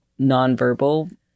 nonverbal